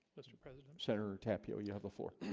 mr. president senator tapio you have before